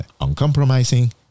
Uncompromising